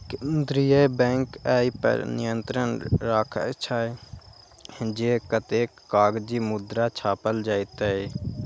केंद्रीय बैंक अय पर नियंत्रण राखै छै, जे कतेक कागजी मुद्रा छापल जेतै